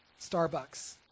Starbucks